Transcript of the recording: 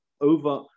over